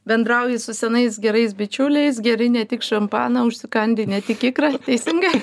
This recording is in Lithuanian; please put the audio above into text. bendrauji su senais gerais bičiuliais geri ne tik šampaną užsikandi ne tik ikra teisingai